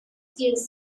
gives